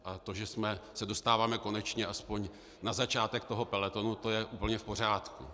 A to, že se dostáváme konečně aspoň na začátek toho pelotonu, to je úplně v pořádku.